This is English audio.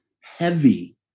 heavy